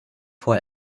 vor